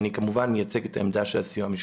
אני כמובן מייצג את העמדה של הסיוע המשפטי.